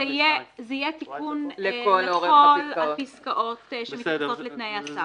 וזה יהיה תיקון לכל הפסקאות שמתייחסות לתנאי הסף.